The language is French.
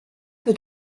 peu